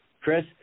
Chris